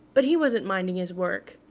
but he wasn't minding his work.